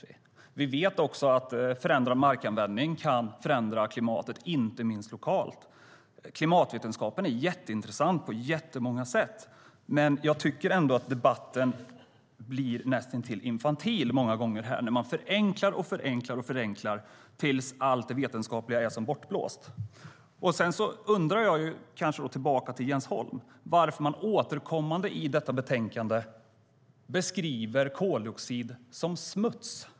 Vi vet också att ändrad markanvändning kan förändra klimatet, inte minst lokalt. Klimatvetenskapen är mycket intressant på många olika sätt, men jag tycker ändå att debatten många gånger blir näst intill infantil när man förenklar, förenklar och förenklar tills allt det vetenskapliga är som bortblåst. Jag undrar då tillbaka till Jens Holm varför man återkommande i betänkandet beskriver koldioxid som smuts.